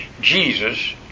Jesus